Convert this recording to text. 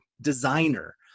designer